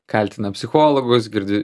kaltina psichologus girdi